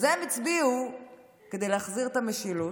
אז הם הצביעו כדי להחזיר את המשילות,